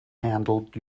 handled